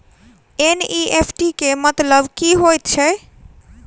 NEFT केँ मतलब की हएत छै?